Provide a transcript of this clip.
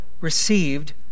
received